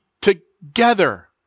together